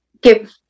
give